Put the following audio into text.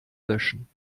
löschen